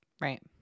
Right